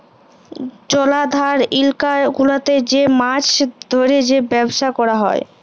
জলাধার ইলাকা গুলাতে যে মাছ ধ্যরে যে ব্যবসা ক্যরা হ্যয়